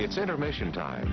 it's intermission time